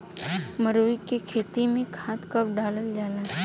मरुआ के खेती में खाद कब डालल जाला?